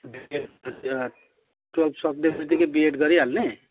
twelve सक्नु बित्तिकै BEd गरिहाल्ने